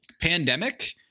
pandemic